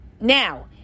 Now